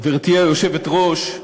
גברתי היושבת-ראש,